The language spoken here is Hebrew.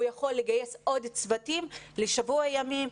הוא יכול לגייס עוד צוותים לשבוע ימים,